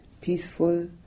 peaceful